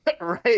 Right